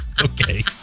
Okay